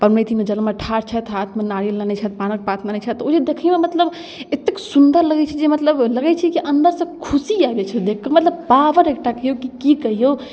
पबनैतिनसब जलमे ठाढ़ छथि हाथमे नारिअल लेने छथि पानके पात लेने छथि ओहिदिन देखैओमेे मतलब एतेक सुन्दर लगै छै जे मतलब लगै छै जे अन्दरसँ खुशी आबै छै देखिकऽ मतलब पावर एकटा कहिऔ कि कि कहिऔ